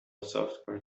software